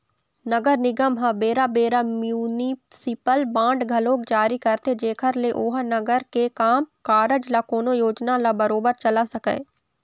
नगर निगम ह बेरा बेरा म्युनिसिपल बांड घलोक जारी करथे जेखर ले ओहा नगर के काम कारज ल कोनो योजना ल बरोबर चला सकय